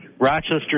Rochester